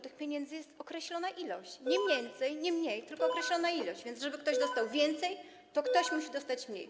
Tych pieniędzy jest określona ilość, nie więcej, nie mniej, tylko określona ilość, więc żeby ktoś dostał więcej, ktoś inny musi dostać mniej.